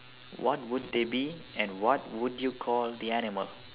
what would they be and what would you call the animal